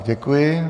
Děkuji.